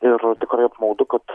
ir tikrai apmaudu kad